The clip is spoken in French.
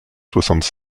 soixante